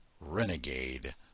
Renegade